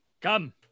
Come